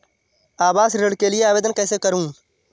आवास ऋण के लिए आवेदन कैसे करुँ?